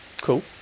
Cool